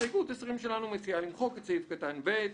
הסתייגות 20 שלנו מציעה למחוק את סעיף קטן (ב).